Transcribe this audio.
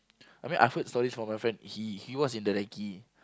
I mean I've heard stories from my friend he he was in the recce